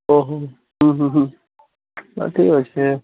ଓଃ ଉଁ ହୁଁ ହୁଁ ହଉ ଠିକ୍ ଅଛି